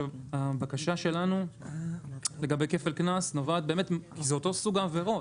הבקשה שלנו לגבי כפל קנס, זה אותו סוג עבירות.